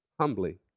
humbly